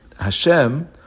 Hashem